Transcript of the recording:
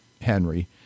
Henry